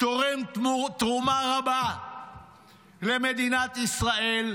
תורם תרומה רבה למדינת ישראל.